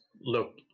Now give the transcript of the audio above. look